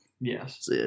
Yes